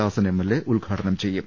ദാസൻ MLA ഉദ്ഘാടനം ചെയ്യും